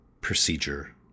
procedure